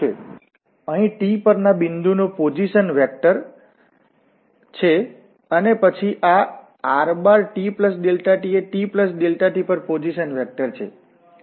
તે અહીં t પરના બિંદુનો પોઝિશન વેક્ટરપોઝિશન વેક્ટર છે અને પછી આ rtt એ t∆t પર પોઝિશન વેક્ટરપોઝિશન વેક્ટર છે